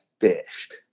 fished